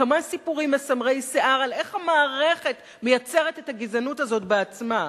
כמה סיפורים מסמרי שיער איך המערכת מייצרת את הגזענות הזאת בעצמה.